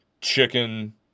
chicken